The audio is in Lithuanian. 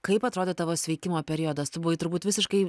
kaip atrodė tavo sveikimo periodas tu buvai turbūt visiškai